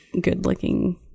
good-looking